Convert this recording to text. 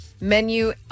Menu